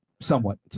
somewhat